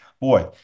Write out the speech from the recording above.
boy